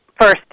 first